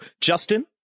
Justin